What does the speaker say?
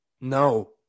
No